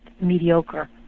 mediocre